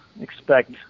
expect